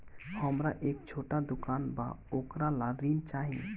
हमरा एक छोटा दुकान बा वोकरा ला ऋण चाही?